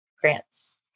grants